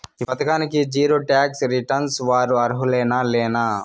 ఈ పథకానికి zero tax returns వారు అర్హులేనా లేనా?